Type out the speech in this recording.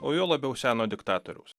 o juo labiau seno diktatoriaus